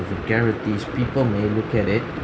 vulgarities people may look at it